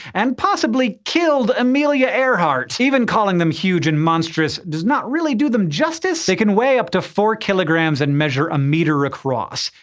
and possibly killed, amelia earhart. even calling them huge and monstrous does not really do them justice. they can weigh up to four kilograms and measure a meter across,